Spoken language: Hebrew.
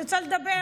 אני רוצה לדבר